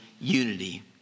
unity